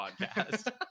podcast